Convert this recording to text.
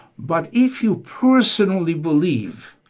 but if you personally believe